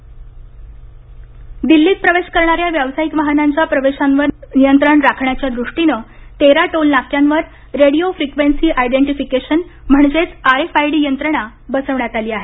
Delhi RFID दिल्लीत प्रवेश करणाऱ्या व्यावसायिक वाहनांच्या प्रवेशांवर नियंत्रण राखण्याच्या दृष्टीनं तेरा टोल नाक्यांवर रेडिओ फ्रिक्वेन्सी आयडेंटिफिकेशन म्हणजे आरएफआयडी यंत्रणा बसवण्यात आली आहे